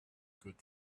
good